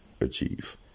achieve